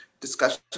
discussion